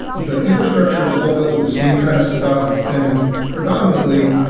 the infrastructure is all built with the same kind of stuff, and predominantly,